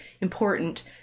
important